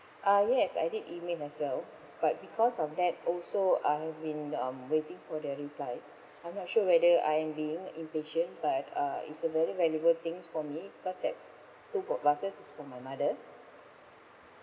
uh yes I did email myself but because of that also I have been um waiting for their reply I'm not sure whether I am being impatient but uh it's a very valuable thing for me because that two vases is for my mother